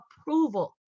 approval